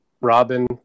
robin